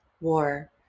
war